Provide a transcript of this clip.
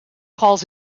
calls